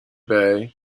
bay